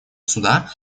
суда